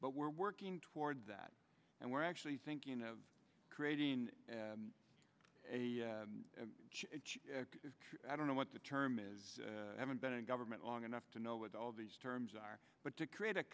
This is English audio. but we're working toward that and we're actually thinking of creating a i don't know what the term is haven't been in government long enough to know what all these terms are but to create a